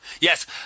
Yes